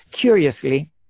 Curiously